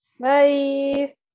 Bye